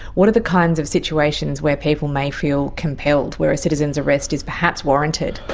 what are the kinds of situations where people may feel compelled, where a citizen's arrest is perhaps warranted?